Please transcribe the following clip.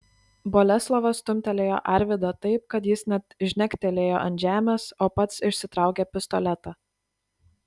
boleslovas stumtelėjo arvydą taip kad jis net žnektelėjo ant žemės o pats išsitraukė pistoletą